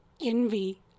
envy